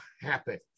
happen